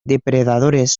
depredadores